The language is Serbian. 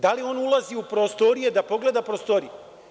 Da li on ulazi u prostorije da pogleda prostorije?